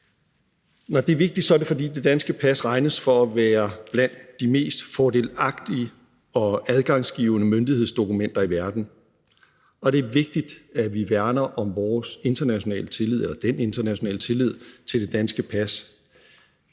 Når det er vigtigt, er det, fordi det danske pas regnes for at være blandt de mest fordelagtige og adgangsgivende myndighedsdokumenter i verden, og det er vigtigt, at vi værner om den internationale tillid til det danske pas.